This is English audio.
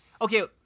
okay